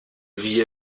wie